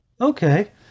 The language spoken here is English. okay